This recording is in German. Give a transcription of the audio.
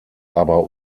aber